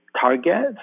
target